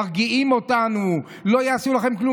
מרגיעים אותנו: לא יעשו לכם כלום,